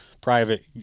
private